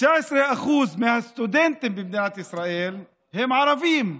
19% מהסטודנטים במדינת ישראל הם ערבים,